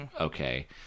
okay